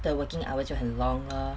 the working hours 就很 long lor